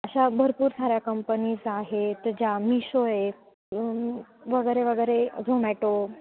अशा भरपूर साऱ्या कंपनीज आहेत ज्या मिशो आहे वगैरे वगैरे झोमॅटो